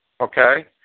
okay